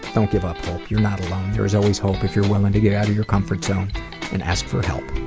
don't give up hope. you're not alone. there is always hope if you're willing to get out of your comfort zone and ask for help.